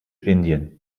indien